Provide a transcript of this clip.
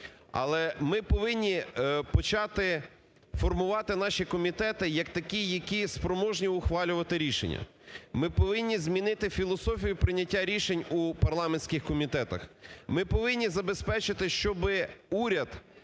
Але ми повинні почати формувати наші комітети як такі, які спроможні ухвалювати рішення. Ми повинні змінити філософію прийняття рішень у парламентських комітетах. Ми повинні забезпечити, щоб уряд